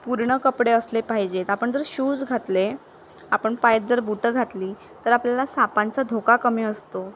पूर्ण कपडे असले पाहिजेत आपण जर शूज घातले आपण पायात जर बुटं घातली तर आपल्याला सापांचा धोका कमी असतो